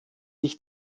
ich